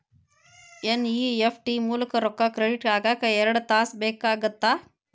NEFT ಮೂಲಕ ರೊಕ್ಕಾ credit ಆಗಾಕ ಎರಡ್ ತಾಸ ಬೇಕಾಗತ್ತಾ